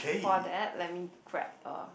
for that let me grab a